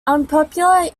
unpopular